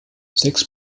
sechs